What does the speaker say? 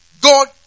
God